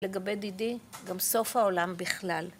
לגבי דידי, גם סוף העולם בכלל.